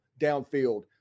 downfield